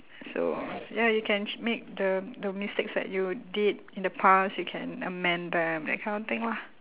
so ya you can ch~ make the the mistakes that you did in the past you can amend them that kind of thing lah